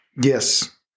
Yes